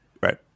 right